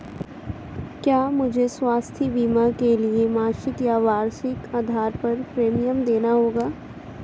क्या मुझे स्वास्थ्य बीमा के लिए मासिक या वार्षिक आधार पर प्रीमियम देना होगा?